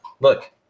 Look